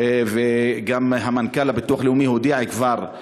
וגם מנכ"ל הביטוח הלאומי הודיע כבר,